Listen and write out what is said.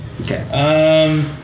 Okay